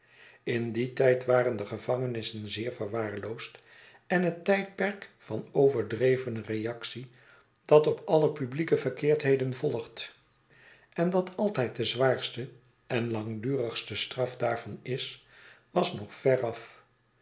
in dien tijd waren de gevangenissen zeer verwaarloosd en het tijdperk van overdrevene reactie dat op alle publieke verkeerdheden volgt en dat altijd de zwaarste en langdurigste straf daarvan is was nog veraf